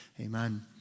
Amen